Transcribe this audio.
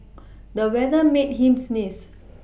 the weather made him sneeze